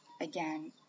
again